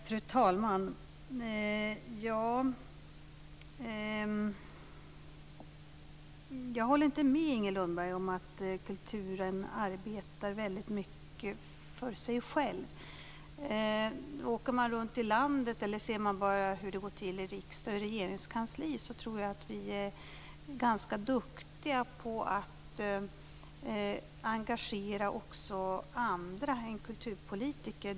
Fru talman! Jag håller inte med Inger Lundberg om att kulturen arbetar väldigt mycket för sig själv. Åker man runt i landet eller ser man bara hur det går till i riksdag och regeringskansli kan man konstatera att vi är ganska duktiga på att engagera också andra än kulturpolitiker.